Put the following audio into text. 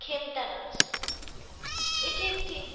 খেমটা নাচ এটি একটি